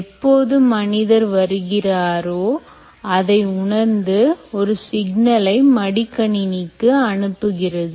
எப்பொழுது மனிதர் வருகிறாரோ அதை உணர்ந்து ஒரு சிக்னலை மடிக்கணினிக்கு அனுப்புகிறது